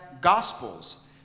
gospels